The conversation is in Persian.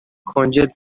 کنجد